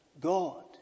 God